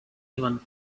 even